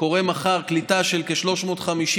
קורה מחר: קליטה מיידית